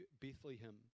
Bethlehem